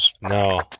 no